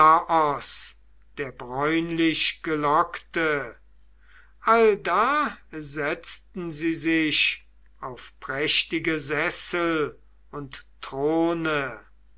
der bräunlichgelockte allda setzten sie sich auf prächtige sessel und throne